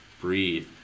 breathe